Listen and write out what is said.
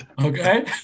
Okay